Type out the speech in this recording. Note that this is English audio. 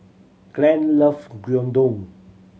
Glenn lovs Gyudon